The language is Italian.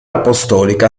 apostolica